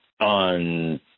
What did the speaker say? on